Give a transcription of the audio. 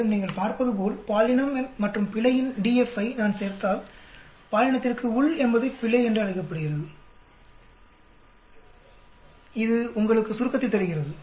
மேலும் நீங்கள் பார்ப்பதுபோல் பாலினம் மற்றும் பிழையின் DF ஐ நான் சேர்த்தால் பாலினத்திற்கு உள் என்பது பிழை என்று அழைக்கப்படுகிறது இது உங்களுக்கு சுருக்கத்தை தருகிறது